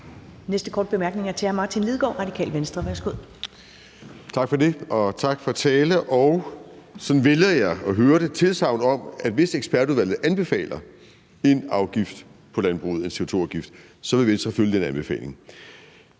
Næste korte bemærkning er til hr. Martin Lidegaard, Radikale Venstre. Værsgo. Kl. 10:39 Martin Lidegaard (RV): Tak for det. Og tak for talen og – sådan vælger jeg at høre det – et tilsagn om, at hvis ekspertudvalget anbefaler en CO2-afgift på landbruget, så vil Venstre følge den anbefaling.